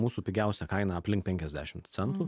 mūsų pigiausia kaina aplink penkiasdešimt centų